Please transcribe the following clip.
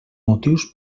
motius